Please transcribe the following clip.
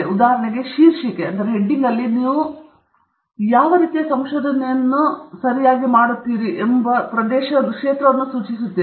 ಉದಾಹರಣೆಗೆ ಶೀರ್ಷಿಕೆಯಲ್ಲಿ ನೀವು ರೀತಿಯ ಸಂಶೋಧನೆಯು ಸರಿಯಾಗಿ ಮಾಡುತ್ತಿರುವ ಪ್ರದೇಶವನ್ನು ನೀವು ಸೂಚಿಸುತ್ತೀರಿ